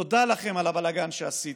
תודה לכם על הבלגן שעשיתם.